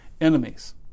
enemies